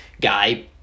guy